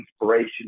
inspiration